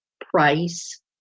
price